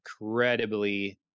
incredibly